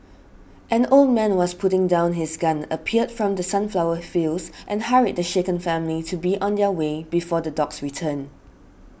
an old man who was putting down his gun appeared from the sunflower fields and hurried the shaken family to be on their way before the dogs return